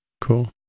Cool